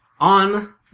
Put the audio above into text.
on